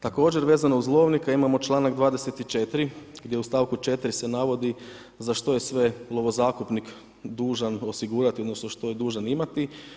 Također vezano uz lovnika imamo čl.24 gdje u st. 4. se navodi za što je sve lovo zakupnik dužan osigurati odnosno što je dužan imati.